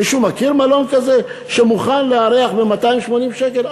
מישהו מכיר מלון כזה שמוכן לארח ב-280 שקל?